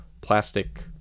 plastic